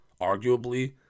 arguably